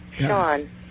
Sean